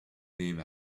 name